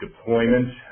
deployment